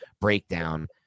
breakdown